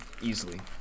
easily